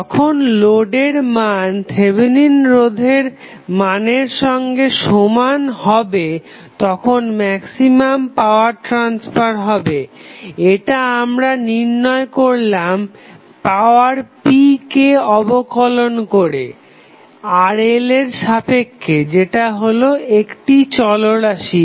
যখন লোডের মান থেভেনিন রোধের মানের সঙ্গে সমান হবে তখন ম্যাক্সিমাম পাওয়ার ট্রাসফার হবে এটা আমরা নির্ণয় করলাম পাওয়ার p কে অবকলন করে RL এর সাপেক্ষে যেটা হলো একটি চলরাশি